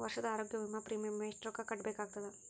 ವರ್ಷದ ಆರೋಗ್ಯ ವಿಮಾ ಪ್ರೀಮಿಯಂ ಎಷ್ಟ ರೊಕ್ಕ ಕಟ್ಟಬೇಕಾಗತದ?